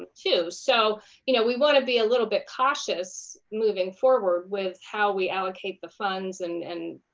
too, so you know we want to be a little bit cautious moving forward with how we allocate the funds and, and